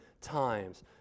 times